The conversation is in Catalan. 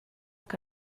que